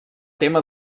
tema